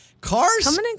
Cars